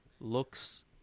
looks